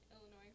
Illinois